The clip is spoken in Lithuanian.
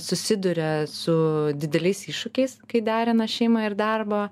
susiduria su dideliais iššūkiais kai derina šeimą ir darbą